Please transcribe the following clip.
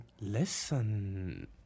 Listen